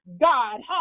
god